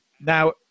Now